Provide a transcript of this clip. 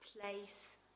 place